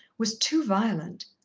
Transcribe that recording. was too violent.